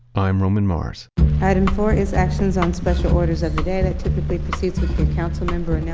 i am roman mars item four is actions on special orders of proceeds with the council member yeah